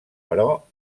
però